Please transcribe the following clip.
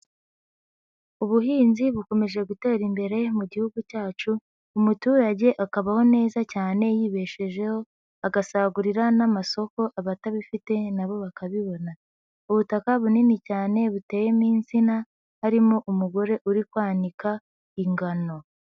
Ubuhinzi bukomeje gutera imbere mu gihugu cyacu, umuturage akabaho neza cyane yibeshejeho, agasagurira n'amasoko abatabifite na bo bakabibona. Ubutaka bunini cyane buteyemo insina, harimo umugore uri kwanika ingano.